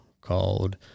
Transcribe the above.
called